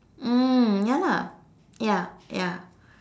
mm ya lah ya ya